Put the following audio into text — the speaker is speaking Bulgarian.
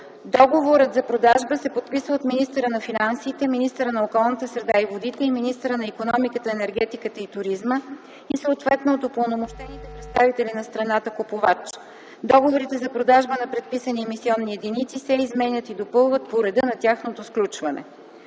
Договорът за продажба се подписва от министъра на финансите, министъра на околната среда и водите и министъра на икономиката, енергетиката и туризма и съответно от упълномощените представители на страната-купувач. Договорите за продажба на предписани емисионни единици се изменят и допълват по реда на тяхното сключване.